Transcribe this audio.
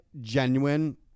genuine